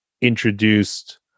introduced